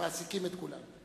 שמעסיקים את כולנו.